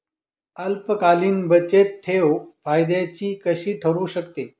अल्पकालीन बचतठेव फायद्याची कशी ठरु शकते?